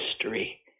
history